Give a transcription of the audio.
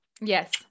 yes